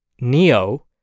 neo